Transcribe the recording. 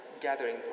gathering